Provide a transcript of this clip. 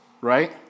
right